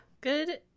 Good